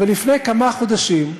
אבל לפני כמה חודשים,